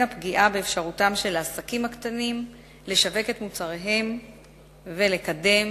שמירה על האפשרות של עסקים קטנים לשווק את מוצריהם ולקדם